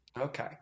Okay